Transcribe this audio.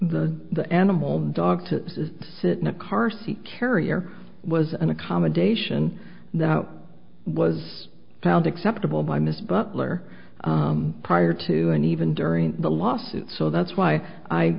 the the animal dog to sit in a car seat carrier was an accommodation no was found acceptable by miss butler prior to and even during the lawsuit so that's why i